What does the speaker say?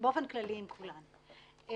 זה סכום לכל הדעות מאוד גבוה.